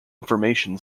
information